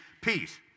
peace